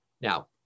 Now